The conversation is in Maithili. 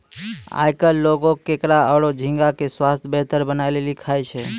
आयकल लोगें केकड़ा आरो झींगा के स्वास्थ बेहतर बनाय लेली खाय छै